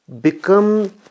become